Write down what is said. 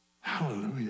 Hallelujah